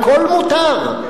הכול מותר,